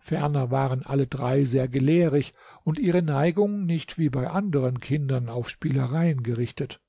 ferner waren alle drei sehr gelehrig und ihre neigung nicht wie bei anderen kindern auf spielereien gerichtet